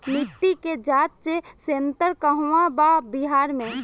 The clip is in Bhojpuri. मिटी के जाच सेन्टर कहवा बा बिहार में?